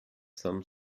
some